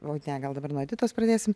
o ne gal dabar nuo editos pradėsim